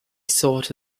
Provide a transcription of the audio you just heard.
sort